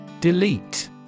Delete